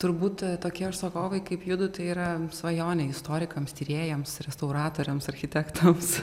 turbūt tokie užsakovai kaip judu tai yra svajonė istorikams tyrėjams restauratoriams architektams